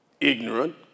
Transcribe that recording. ignorant